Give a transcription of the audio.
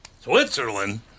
Switzerland